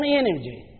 energy